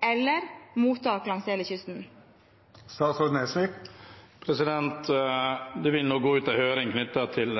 eller mottak langs hele kysten? Det vil nå gå ut en høring knyttet til